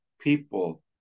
people